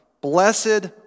Blessed